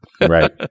Right